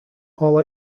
all